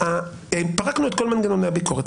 פרקנו את כל מנגנוני הביקורת.